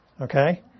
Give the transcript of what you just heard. okay